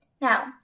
Now